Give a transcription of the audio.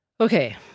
Okay